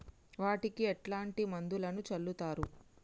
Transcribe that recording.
వాటికి ఎట్లాంటి మందులను చల్లుతరు?